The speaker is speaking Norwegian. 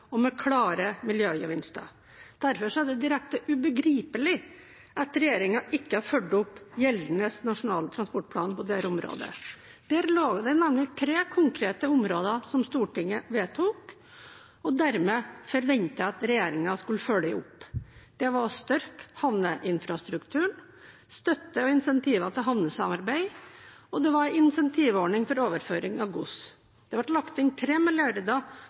godsmengder, med klare miljøgevinster. Derfor er det direkte ubegripelig at regjeringen ikke har fulgt opp den gjeldende nasjonale transportplanen på dette området. I den lå det nemlig tre konkrete områder som Stortinget vedtok og dermed forventet at regjeringen skulle følge opp. Det var å styrke havneinfrastrukturen, støtte og incentiver til havnesamarbeid og en incentivordning for overføring av gods. Det ble lagt inn